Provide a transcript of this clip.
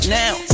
now